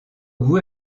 bout